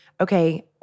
okay